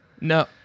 No